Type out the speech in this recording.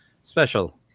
special